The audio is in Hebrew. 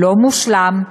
לא מושלם,